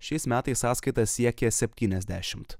šiais metais sąskaita siekė septyniasdešimt